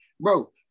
bro